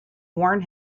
warn